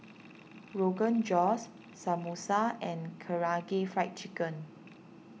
Rogan Josh Samosa and Karaage Fried Chicken